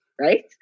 right